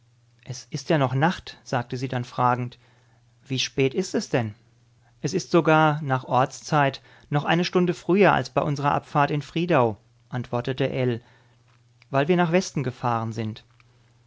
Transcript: es ist ja noch nacht sagte sie dann fragend wie spät ist es denn es ist sogar nach ortszeit noch eine stunde früher als bei unsrer abfahrt in friedau antwortete ell weil wir nach westen gefahren sind